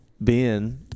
Ben